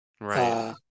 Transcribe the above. Right